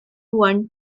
one